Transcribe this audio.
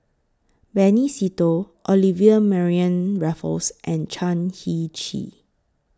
Benny Se Teo Olivia Mariamne Raffles and Chan Heng Chee